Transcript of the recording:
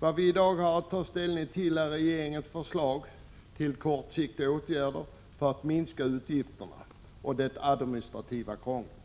Vad vi i dag har att ta ställning till är regeringens förslag till kortsiktiga åtgärder för att minska utgifterna och det administrativa krånglet.